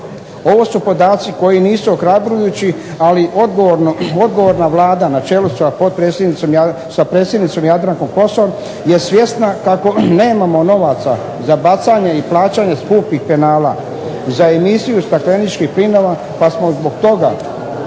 Ovo su podaci koji nisu ohrabrujući, ali odgovorna Vlada na čelu sa predsjednicom Jadrankom Kosor je svjesna kako nemamo novaca za bacanje i plaćanje skupih penala za emisiju stakleničkih plinova pa smo zbog toga